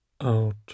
out